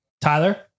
Tyler